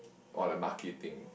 or like marketing